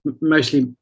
mostly